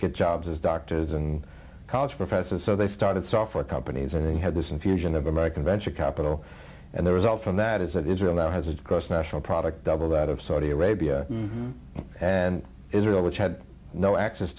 get jobs as doctors and college professors so they started software companies and they had this infusion of american venture capital and the result from that is that israel now has its gross national product double that of saudi arabia and israel which had no access